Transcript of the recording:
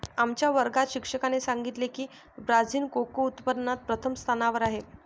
आमच्या वर्गात शिक्षकाने सांगितले की ब्राझील कोको उत्पादनात प्रथम स्थानावर आहे